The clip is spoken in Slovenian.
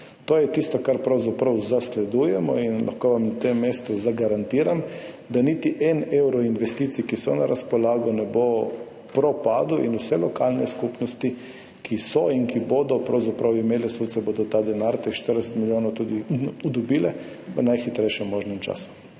To je tisto, kar pravzaprav zasledujemo in lahko vam na tem mestu zagarantiram, da niti en evro investicij, ki so na razpolago, ne bo propadel in vse lokalne skupnosti, ki so in ki bodo pravzaprav imele SUC, bodo ta denar, teh 40 milijonov tudi dobile v najhitrejšem možnem času.